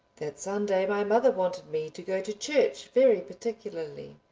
that sunday my mother wanted me to go to church very particularly.